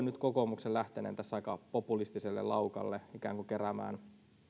nyt kokoomuksen lähteneen tässä aika populistiselle laukalle ikään kuin keräämään